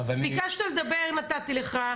ביקשת לדבר, נתתי לך.